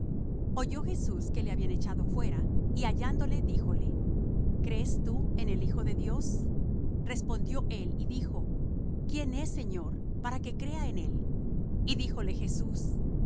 oyó jesús que le habían echado fuera y hallándole díjole crees tú en el hijo de dios respondió él y dijo quién es señor para que crea en él y díjole jesús